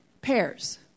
Pairs